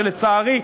שלצערי,